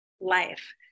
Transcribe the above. life